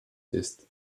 ist